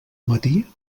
matí